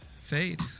fade